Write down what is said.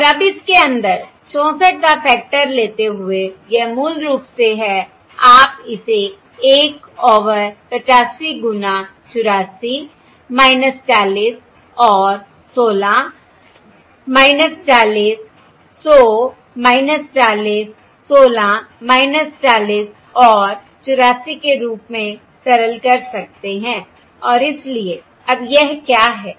और अब इसके अंदर 64 का फैक्टर लेते हुए यह मूल रूप से है आप इसे 1 ओवर 85 गुना 84 40 और 16 40 100 40 16 40 और 84 के रूप में सरल कर सकते हैं और इसलिए अब यह क्या है